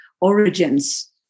origins